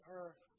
earth